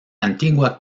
antigua